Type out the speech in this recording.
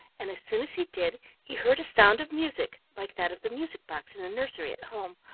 and as soon as he did he heard a sound of music like that of the music-box in the nursery at home,